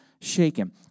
shaken